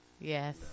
Yes